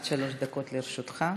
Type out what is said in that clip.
עד שלוש דקות לרשותך.